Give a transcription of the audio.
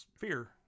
fear